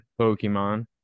Pokemon